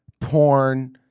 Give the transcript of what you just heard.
porn